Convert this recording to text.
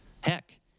Heck